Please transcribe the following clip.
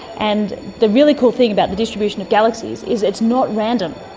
and the really cool thing about the distribution of galaxies is it's not random,